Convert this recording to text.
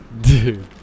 dude